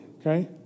okay